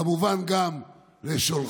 כמובן גם לשולחיו,